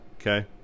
okay